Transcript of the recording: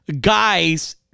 guys